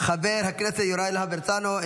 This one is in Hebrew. חבר הכנסת יוראי להב הרצנו,